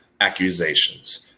accusations